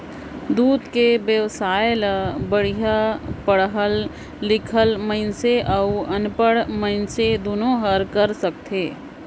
दूद के बेवसाय ल बड़िहा पड़हल लिखल मइनसे अउ अनपढ़ मइनसे दुनो हर कर सकथे